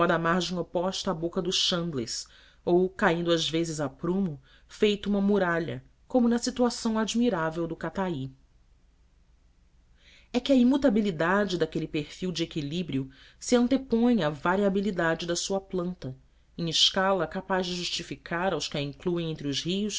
da margem oposta à boca do chandless ou caindo às vezes a prumo feito uma muralha como na situação admirável do catai é que à imutabilidade daquele perfil de equilíbrio se antepõe a variabilidade da sua planta em escala capaz de justificar os que o incluem entre os rios